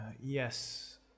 Yes